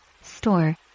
store